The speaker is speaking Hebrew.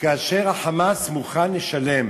כאשר ה"חמאס" מוכן לשלם